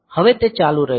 હવે તે ચાલુ રહેશે